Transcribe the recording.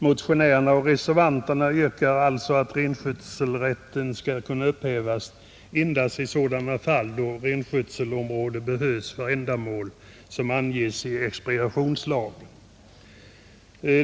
Motionärerna och reservanterna yrkar alltså att renskötselrätten skall kunna upphävas endast i sådana fall då renskötselområdet behövs för ändamål som anges i expropriationslagen.